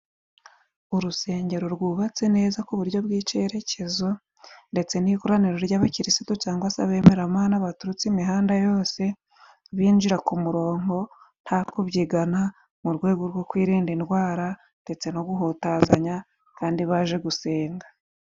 Urusengero rwubatse neza ku buryo bw'icerekezo, ndetse n'ikoraniro ry'abakirisitu cyangwa sebemera amaha baturutse imihanda yose, binjira ku murongo nta kubyigana, mu rwego rwo kwirinda indwara ndetse no guhutazanya kandi baje gusenga.